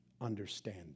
understand